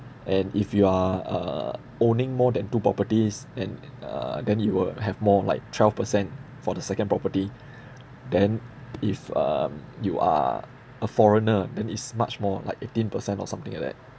and if you are uh owning more than two properties and uh then you will have more like twelve percent for the second property then if um you are a foreigner then is much more like eighteen percent or something like that